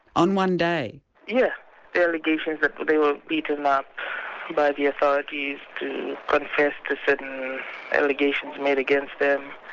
on one day? yeah allegations that but they were beaten up by the authorities to confess to certain allegations made against them,